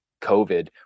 covid